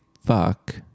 fuck